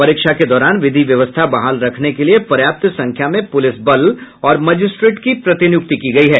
परीक्षा के दौरान विधि व्यवस्था बहाल रखने के लिये पर्याप्त संख्या में पुलिस बल और मजिस्ट्रेट की प्रतिनियुक्ति की गई है